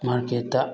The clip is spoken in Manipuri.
ꯃꯥꯔꯀꯦꯠꯇ